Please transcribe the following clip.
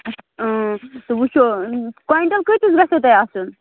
وُچھَو کۄینٛٹَل کۭتِس گژھوٕ تۄہہِ آسُن